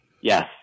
Yes